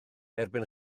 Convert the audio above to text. erbyn